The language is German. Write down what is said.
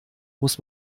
muss